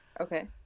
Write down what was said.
Okay